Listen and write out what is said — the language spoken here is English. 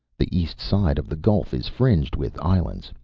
the east side of the gulf is fringed with islands,